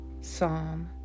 Psalm